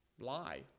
lie